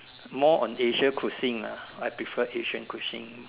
more on Asian cuisine lah I prefer Asian cuisine